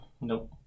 Nope